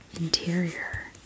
interior